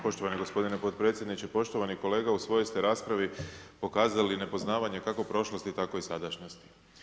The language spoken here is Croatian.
Poštovani gospodine potpredsjedniče, poštovani kolega, u svojoj ste raspravi nepoznavanje, kako prošlosti, tako i sadašnjosti.